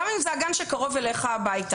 גם אם זה הגן שקרוב אליך הביתה.